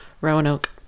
roanoke